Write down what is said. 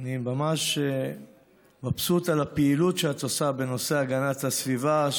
אני ממש מעריך את הפעילות שאת עושה בנושא הגנת הסביבה,